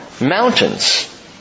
mountains